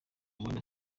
rwanda